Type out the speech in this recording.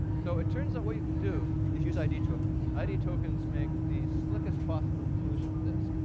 so it turns out what you can do is use id tokens. id tokens make the slickest possible solution to this.